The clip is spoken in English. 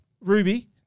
Ruby